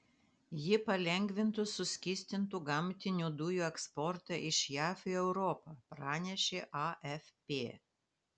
ji palengvintų suskystintų gamtinių dujų eksportą iš jav į europą pranešė afp